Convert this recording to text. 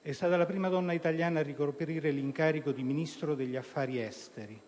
È stata la prima donna italiana a ricoprire l'incarico di Ministro degli affari esteri.